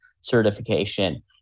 certification